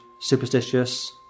superstitious